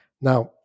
now